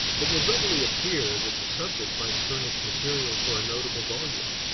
it will readily appear that the subject might furnish material for a notable volume.